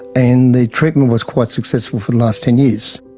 and the treatment was quite successful for the last ten years.